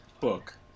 book